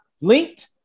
linked